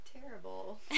terrible